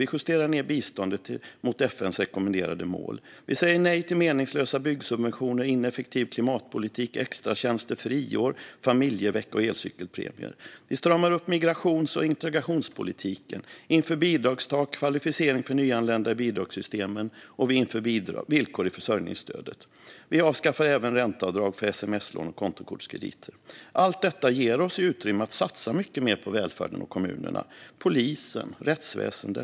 Vi justerar ned biståndet mot FN:s rekommenderade mål. Vi säger nej till meningslösa byggsubventioner, ineffektiv klimatpolitik, extratjänster, friår, familjevecka och elcykelpremier. Vi stramar upp migrations och integrationspolitiken, vi inför bidragstak och kvalificering för nyanlända i bidragssystemen och vi inför villkor i försörjningsstödet. Vi avskaffar även ränteavdrag för sms-lån och kontokortskrediter. Allt detta ger oss utrymme att satsa mycket mer på välfärden och kommunerna, polisen och rättsväsendet.